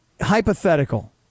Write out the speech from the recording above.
Hypothetical